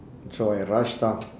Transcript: so I rush down